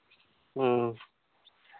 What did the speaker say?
ᱦᱮᱸ